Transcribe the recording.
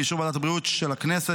באישור ועדת הבריאות של הכנסת,